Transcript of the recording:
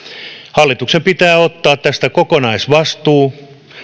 hallituksen pitää ottaa tästä kokonaisvastuu